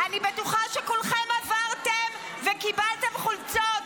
אני בטוחה שכולכם עברתם וקיבלתם חולצות.